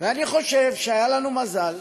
ואני חושב שהיה לנו מזל,